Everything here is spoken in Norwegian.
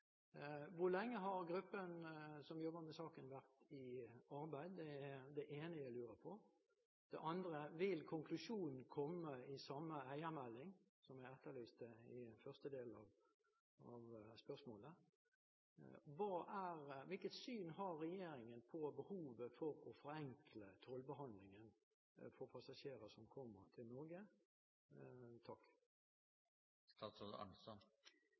Hvor lenge har gruppen som jobber med saken, vært i arbeid? Det er det ene jeg lurer på. Det andre er: Vil konklusjonen komme i samme eiermelding som jeg etterlyste i første delen av replikken? Hvilket syn har regjeringen på behovet for å forenkle tollbehandlingen for passasjerer som kommer til Norge?